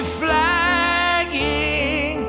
flagging